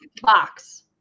box